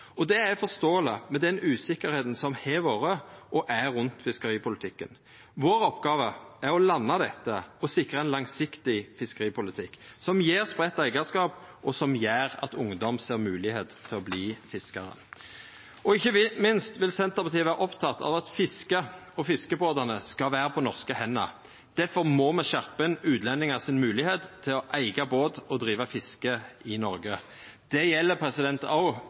og det er forståeleg med den usikkerheita som har vore og er rundt fiskeripolitikken. Vår oppgåve er å landa dette og sikra ein langsiktig fiskeripolitikk som gjev spreidd eigarskap, og som gjer at ungdomar ser moglegheiter til å verta fiskarar. Ikkje minst vil Senterpartiet vera oppteke av at fisket og fiskebåtane skal vera på norske hender. Difor må me skjerpa inn når det gjeld utlendingar si moglegheit til å eiga båt og driva fiske i Noreg. Det gjeld